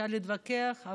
אפשר להתווכח,